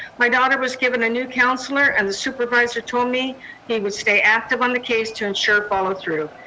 my daughter was given a new counselor, and the supervisor told me he will stay active on the case to ensure follow-through.